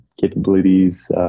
capabilities